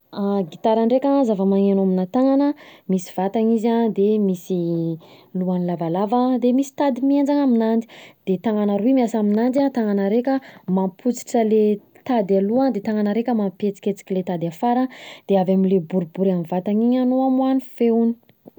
Gitara ndreka an, zava-magneno aminà tanana ana misy vatana izy an de misy lohany lavalava de misy tady mihenjana aminanjy de tanana roy miasa aminanjy an: tanana raika mampositra le tady aloha, de tanana araika mampihetsiketsika le tady afara, de avy amle boribory amin'ny vatany iny an no amoahany feony.